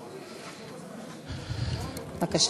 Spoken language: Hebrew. בבקשה.